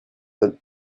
than